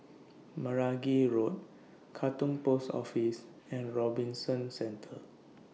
Meragi Road Katong Post Office and Robinson Centre